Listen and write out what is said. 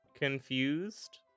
confused